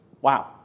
Wow